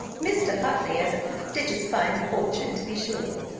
mr. hartley has a prodigious fine fortune, to be sure,